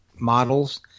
models